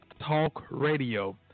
talkradio